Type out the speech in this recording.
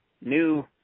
new